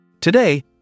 Today